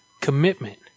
commitment